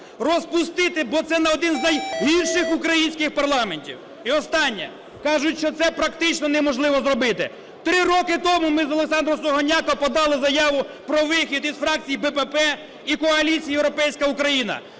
Розпустити, бо це один з найгірших українських парламентів. І останнє. Кажуть, що це практично неможливо зробити. Три роки тому ми з Олександром Сугоняко подали заяву про вихід із фракції ББП і коаліції "Європейська Україна".